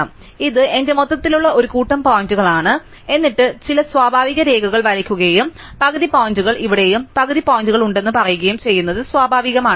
അതിനാൽ ഇത് എന്റെ മൊത്തത്തിലുള്ള ഒരു കൂട്ടം പോയിന്റുകളാണ് എന്നിട്ട് ചില സ്വാഭാവിക രേഖകൾ വരയ്ക്കുകയും പകുതി പോയിന്റുകൾ ഇവിടെയും പകുതി പോയിന്റുകൾ ഉണ്ടെന്നും പറയുകയും ചെയ്യുന്നത് സ്വാഭാവികമാണ്